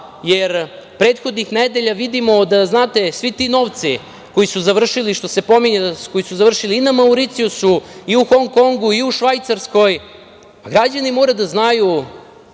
jer prethodnih nedelja vidimo da, znate, svi ti novci koji su završili, što se pominje, koji su završili i na Mauricijusu, u Hong Kongu, u Švajcarskoj, pa građani moraju da znaju